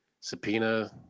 subpoena